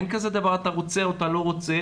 אין כזה דבר אתה רוצה או לא רוצה.